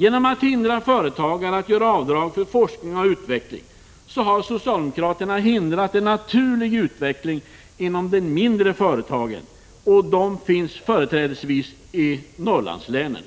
Genom att hindra företagare att göra avdrag för forskning och utveckling har socialdemokraterna hindrat en naturlig utveckling inom de mindre företagen. De finns företrädesvis i Norrlandslänen.